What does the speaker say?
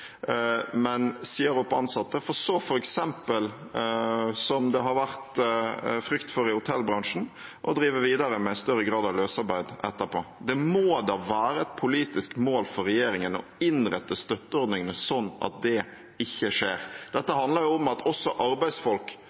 men sier opp ansatte for så f.eks., som det har vært frykt for i hotellbransjen, å drive videre med større grad av løsarbeid etterpå. Det må da være et politisk mål for regjeringen å innrette støtteordningene sånn at det ikke skjer. Dette handler om at også arbeidsfolk